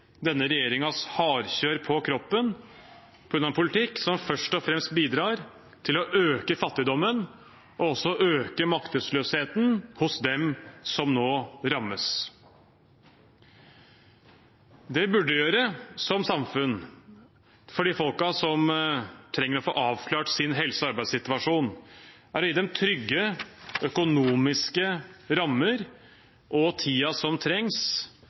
denne regjeringens hardkjør på kroppen, på grunn av en politikk som først og fremst bidrar til å øke fattigdommen og maktesløsheten hos dem som nå rammes. Det vi som samfunn burde gjøre for de folkene som trenger å få avklart sin helse- og arbeidssituasjon, er å gi dem trygge økonomiske rammer og tiden som trengs